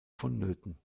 vonnöten